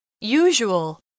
Usual